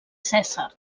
cèsar